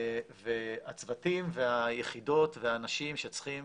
והצוותים והיחידות והאנשים שצריכים